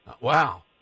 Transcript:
Wow